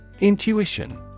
Intuition